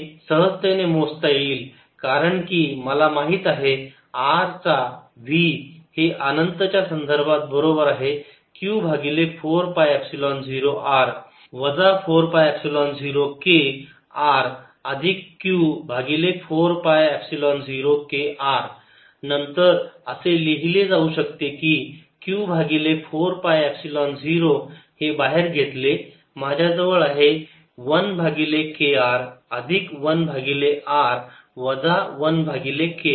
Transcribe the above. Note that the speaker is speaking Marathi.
हे सहजतेने मोजता येईल कारण की मला माहित आहे r चा v हे अनंत च्या संदर्भात बरोबर आहे Q भागिले 4 पाय एपसिलोन 0 r वजा 4 पाय एपसिलोन 0 k r अधिक q भागिले 4 पाय एपसिलोन 0 k r नंतर असे लिहिले जाऊ शकते की q भागिले 4 पाय एपसिलोन 0 हे बाहेर घेतले माझ्याजवळ आहे 1 भागिले k r अधिक 1 भागिले r वजा 1 भागिले k R